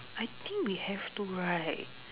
I think we have to right